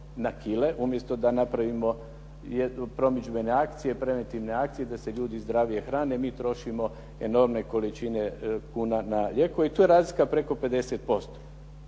na kile, umjesto da napravimo promidžbene akcije, preventivne akcije da se ljudi zdravije hrane, mi trošim enormne količine kuna na lijekove i tu je razlika preko 50%.